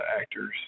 actors